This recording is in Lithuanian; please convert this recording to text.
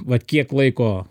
vat kiek laiko